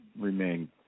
remain